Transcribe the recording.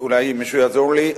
אולי מישהו יעזור לי.